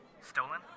Stolen